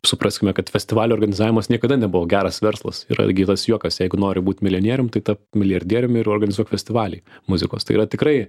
supraskime kad festivalio organizavimas niekada nebuvo geras verslas yra gi tas juokas jeigu nori būt milijonierium tai taps milijardierium ir organizuoti festivalį muzikos tai yra tikrai